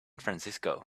francisco